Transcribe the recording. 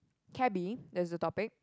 cabby there's a topic